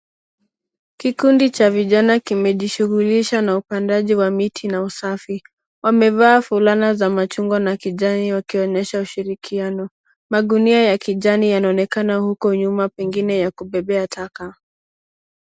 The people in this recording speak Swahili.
Kikundi cha vijana kimejishughulisha na upandaji wa miti na usafi. Wamevaa fulana za machungwa na kijani wakionyesha ushirikiano. Magunia ya kijani yanaonekana huko nyuma pengine ya kubebea taka.